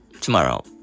tomorrow